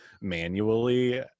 manually